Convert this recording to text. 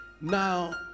Now